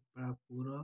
Gopalpur